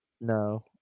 no